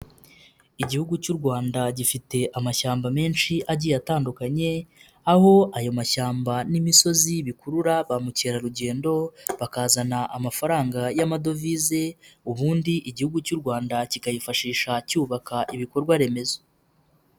Igihugu cy'u Rwanda gifite amashyamba menshi agiye atandukanye, aho ayo mashyamba n'imisozi bikurura ba mukerarugendo bakazana amafaranga y'amadovize, ubundi igihugu cy'u Rwanda kikayifashisha cyubaka ibikorwa remezo.